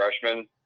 freshman